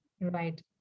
Right